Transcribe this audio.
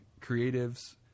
creatives